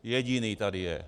Jediný tady je.